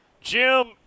Jim